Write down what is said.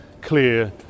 clear